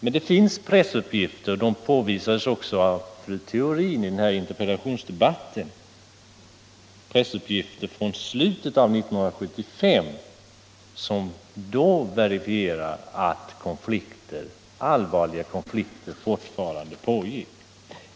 Men det finns pressuppgifter från slutet av 1975 — det påvisade också fru Theorin i interpellationsdebatten — som verifierar att allvarliga konflikter då fortfarande pågick.